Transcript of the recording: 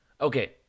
Okay